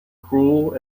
cruel